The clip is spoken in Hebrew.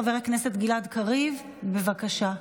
חבר הכנסת גלעד קריב, בבקשה,